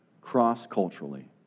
cross-culturally